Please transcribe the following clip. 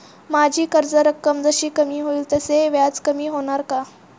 माझी कर्ज रक्कम जशी कमी होईल तसे व्याज कमी होणार का?